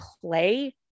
play